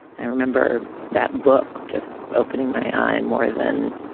i remember that book just opening my eye more than